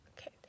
Okay